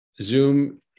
Zoom